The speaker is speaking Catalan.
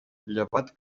llevat